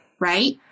right